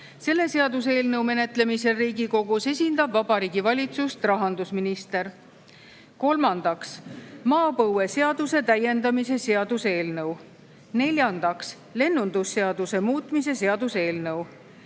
Selle seaduseelnõu menetlemisel Riigikogus esindab Vabariigi Valitsust rahandusminister. Kolmandaks, maapõueseaduse täiendamise seaduse eelnõu. Neljandaks, lennundusseaduse muutmise seaduse eelnõu.